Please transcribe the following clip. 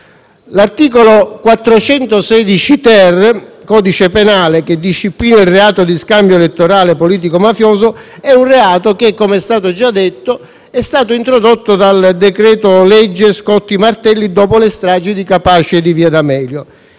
L'articolo 416-*ter* del codice penale disciplina il reato di scambio elettorale politico mafioso: è un reato questo che - com'è stato già detto - è stato introdotto dal decreto-legge Scotti-Martelli dopo le stragi di Capaci e di via D'Amelio.